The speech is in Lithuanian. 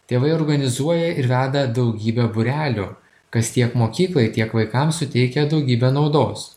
tėvai organizuoja ir veda daugybę būrelių kas tiek mokyklai tiek vaikams suteikia daugybę naudos